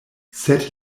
sed